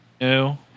no